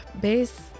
Base